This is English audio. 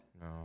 No